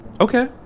Okay